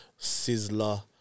Sizzler